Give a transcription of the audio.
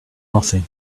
nothing